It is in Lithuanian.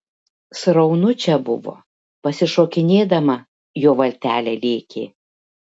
sraunu čia buvo pasišokinėdama jo valtelė lėkė